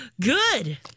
good